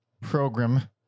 program